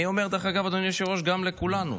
אני אומר, אדוני היושב-ראש, גם לכולנו: